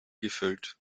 gefüllt